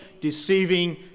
deceiving